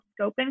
scoping